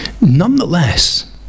Nonetheless